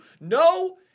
No